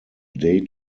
day